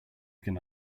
gonna